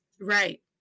Right